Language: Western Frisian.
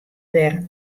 dêr